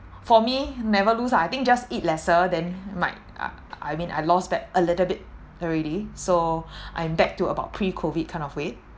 for me never lose lah I think just eat lesser then might uh I mean I lost that a little bit already so I'm back to about pre-COVID kind of weight